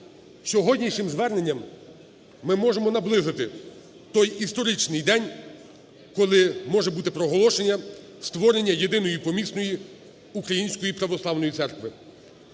Сьогоднішнім зверненням ми можемо наблизити той історичний день, коли може бути проголошення створення Єдиної Помісної Української Православної Церкви.